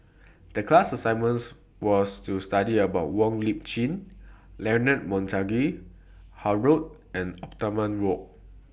The class assignments was to study about Wong Lip Chin Leonard Montague Harrod and Othman Wok